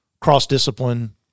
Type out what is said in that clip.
cross-discipline